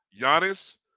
Giannis